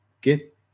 Get